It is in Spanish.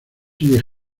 que